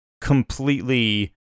completely